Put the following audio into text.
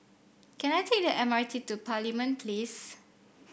can I take the M R T to Parliament Place